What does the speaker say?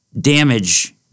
damage